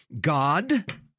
God—